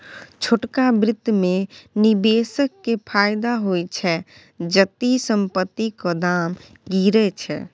छोटका बित्त मे निबेशक केँ फायदा होइ छै जदि संपतिक दाम गिरय छै